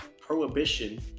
prohibition